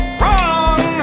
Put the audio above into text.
WRONG